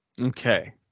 Okay